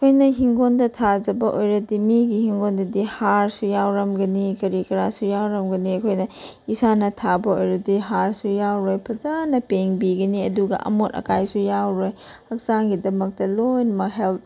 ꯑꯩꯅ ꯍꯤꯡꯒꯣꯟꯗ ꯊꯥꯖꯕ ꯑꯣꯏꯔꯗꯤ ꯃꯤꯒꯤ ꯍꯤꯡꯒꯣꯟꯗꯗꯤ ꯍꯥꯔꯁꯨ ꯌꯥꯎꯔꯝꯒꯅꯤ ꯀꯔꯤ ꯀꯔꯥꯁꯨ ꯌꯥꯎꯔꯝꯒꯅꯤ ꯑꯩꯈꯣꯏꯅ ꯏꯁꯥꯅ ꯊꯥꯕ ꯑꯣꯏꯔꯗꯤ ꯍꯥꯔꯁꯨ ꯌꯥꯎꯔꯣꯏ ꯐꯖꯅ ꯄꯦꯡꯕꯤꯒꯅꯤ ꯑꯗꯨꯒ ꯑꯃꯣꯠ ꯑꯀꯥꯏꯁꯨ ꯌꯥꯎꯔꯣꯏ ꯍꯛꯆꯥꯡꯒꯤꯗꯃꯛꯇ ꯂꯣꯏꯅꯃꯛ ꯍꯦꯜꯊ